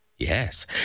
Yes